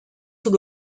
sous